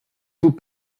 vous